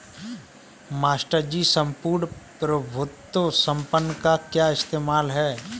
Master ji सम्पूर्ण प्रभुत्व संपन्न का क्या इस्तेमाल है?